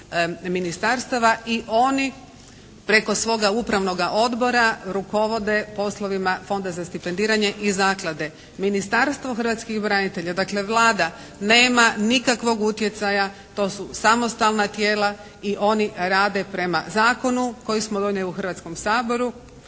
i oni preko svoga upravnoga odbora rukovode poslovima Fonda za stipendiranje i zaklade. Ministarstvo hrvatskih branitelja dakle Vlada nema nikakvog utjecaja. To su samostalna tijela i oni rade prema zakonu koji smo donijeli u Hrvatskom saboru